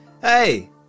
hey